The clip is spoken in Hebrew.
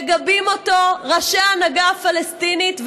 מגבים אותו ראשי ההנהגה הפלסטינית,